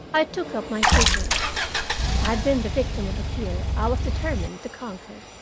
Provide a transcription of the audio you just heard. i took up my vigil. i had been the victim of a fear i was determined to conquer.